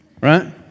Right